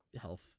health